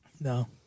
No